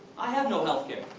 i have no health care.